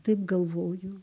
taip galvoju